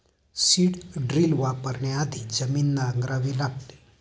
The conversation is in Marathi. सीड ड्रिल वापरण्याआधी जमीन नांगरावी लागते